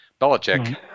Belichick